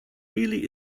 really